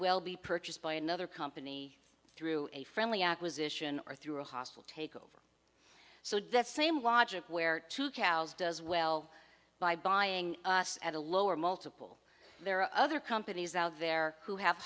well be purchased by another company through a friendly acquisition or through a hostile takeover so that same logic where two cows does well by buying us at a lower multiple there are other companies out there who have